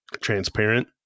transparent